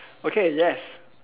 okay yes